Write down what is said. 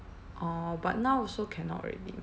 orh but now also cannot already